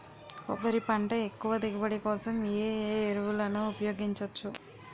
కొబ్బరి పంట ఎక్కువ దిగుబడి కోసం ఏ ఏ ఎరువులను ఉపయోగించచ్చు?